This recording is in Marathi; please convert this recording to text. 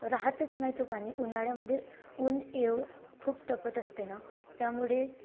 राहातच नाही तो पाणी उन्हाळ्यामध्ये ऊन येव खूप तापत असते ना त्यामुळे